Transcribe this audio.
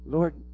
Lord